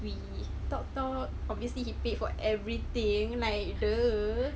we talk talk obviously he paid for everything like !duh!